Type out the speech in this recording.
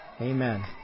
Amen